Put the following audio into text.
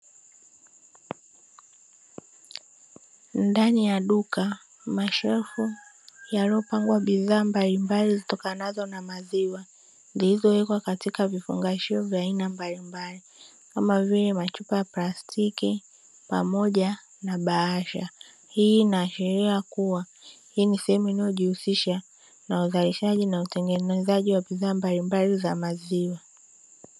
Ndani ya duka, mashelfu yaliyopangwa vizuri bidhaa mbalimbali zitokanazo na maziwa zilizowekwa katika vifungashio vya aina mbalimbali, kama vile machuoa ya plastiki pamoja na bahasha. Hii inaashiria kuwa hii ni sehemu inayojihusisha na uzalishaji na utengenezaji wa bidhaa mbalimbali za maziwa.